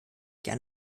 gern